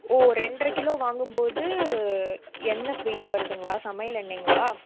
ஓ ரெண்ரை கிலோ வாங்கும் போது எண்ணெய் ஃப்ரீயாக வருதுங்களா சமையல் எண்ணெய்ங்களா